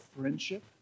friendship